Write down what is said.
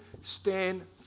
stand